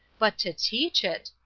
but to teach it!